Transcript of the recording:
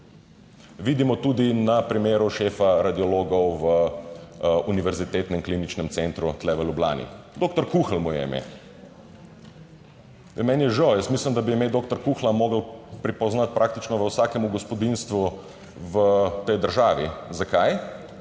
vidimo tudi na primeru šefa radiologov v Univerzitetnem kliničnem centru tu v Ljubljani. Doktor Kuhelj mu je ime. Meni je žal, jaz mislim, da bi ime doktor Kuhlja moral prepoznati praktično v vsakem gospodinjstvu v tej državi. Zakaj?